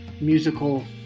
musical